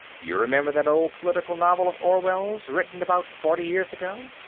you remember that old political novel of orwell's, written about forty years ago?